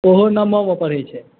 ओहो नवमामे पढ़ै छै